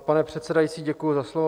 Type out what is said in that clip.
Pane předsedající, děkuji za slovo.